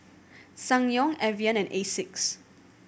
Ssangyong Evian and Asics